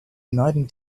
uniting